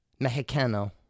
Mexicano